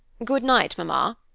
good night, mamma.